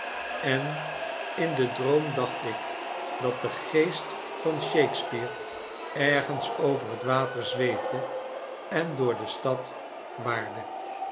en in den droom dacht ik dat de geest van shakespeare ergens over het water zweefde en door de stad waarde